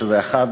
שזה אחד